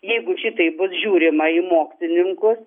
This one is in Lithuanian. jeigu šitaip bus žiūrima į mokslininkus